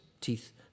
teeth